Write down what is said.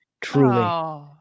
truly